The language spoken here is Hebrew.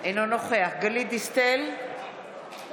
אינו נוכח גלית דיסטל אטבריאן,